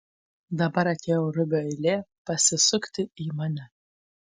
dabar atėjo rubio eilė pasisukti į mane